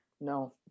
no